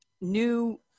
new